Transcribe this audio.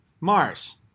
Mars